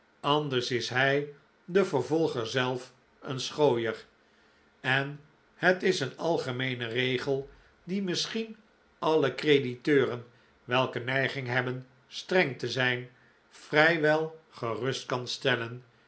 anders is hij de vervolger zelf een schooier en het is een algemeene regel die misschien alle crediteuren welke neiging hebben streng te zijn vrijwel gerust kan stellen